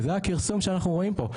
וזה הפרסום שאנחנו רואים פה,